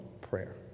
prayer